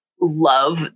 love